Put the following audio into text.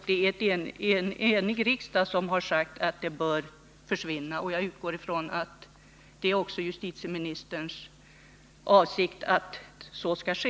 Det är en enig riksdag som har sagt att det straffet bör försvinna. Jag utgår ifrån att det också är justitieministerns avsikt att så skall ske.